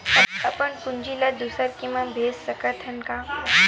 अपन पूंजी ला दुसर के मा भेज सकत हन का?